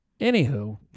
Anywho